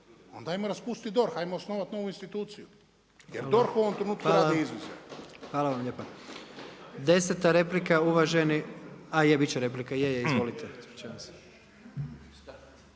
onda hajmo raspustiti DORH, hajmo osnovat novu instituciju. Jer DORH u ovom trenutku radi izvide. **Jandroković, Gordan (HDZ)** Hvala. Deseta replika uvaženi, a već je replika. Je, je, izvolite.